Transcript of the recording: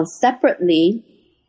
Separately